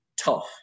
tough